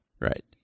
Right